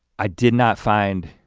i did not find,